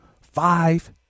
Five